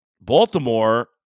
Baltimore